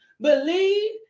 Believe